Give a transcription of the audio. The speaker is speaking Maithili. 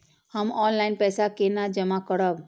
हम ऑनलाइन पैसा केना जमा करब?